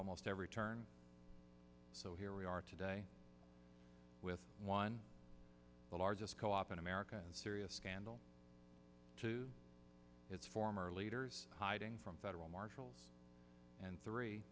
almost every turn so here we are today with one of the largest co op in america and serious scandal to its former leaders hiding from federal marshals and three